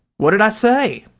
what did i say?